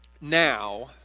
now